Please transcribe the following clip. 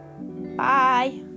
Bye